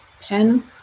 pen